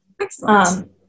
Excellent